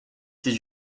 did